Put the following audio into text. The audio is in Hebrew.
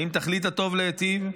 האם תכלית הטוב להיטיב?